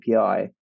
API